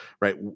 right